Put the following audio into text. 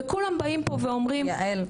וכולם באים פה ואומרים --- יעל,